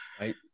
Right